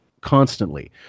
constantly